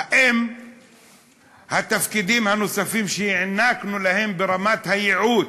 האם התפקידים הנוספים שהענקנו להם, ברמת הייעוץ,